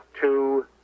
two